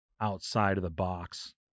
outside-of-the-box